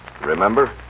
Remember